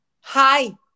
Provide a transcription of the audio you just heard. Hi